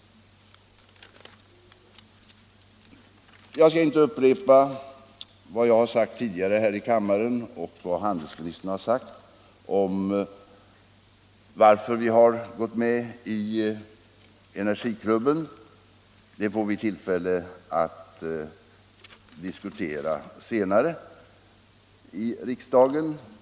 Jag skall inte upprepa vad jag har sagt tidigare här i kammaren och vad handelsministern har sagt om varför vi har gått med i energiklubben; det får vi tillfälle att diskutera senare i riksdagen.